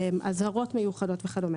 אזהרות מיוחדות וכד'.